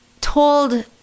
told